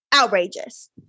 Outrageous